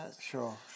Sure